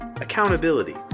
accountability